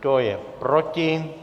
Kdo je proti?